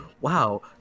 wow